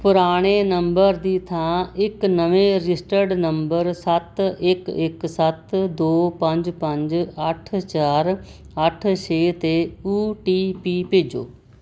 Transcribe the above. ਪੁਰਾਣੇ ਨੰਬਰ ਦੀ ਥਾਂ ਇੱਕ ਨਵੇਂ ਰਜਿਸਟਰਡ ਨੰਬਰ ਸੱਤ ਇੱਕ ਇੱਕ ਸੱਤ ਦੋ ਪੰਜ ਪੰਜ ਅੱਠ ਚਾਰ ਅੱਠ ਛੇ 'ਤੇ ਓ ਟੀ ਪੀ ਭੇਜੋ